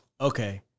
Okay